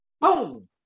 boom